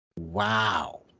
wow